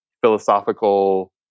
philosophical